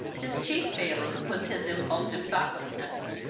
his chief failing was his impulsive thoughtlessness.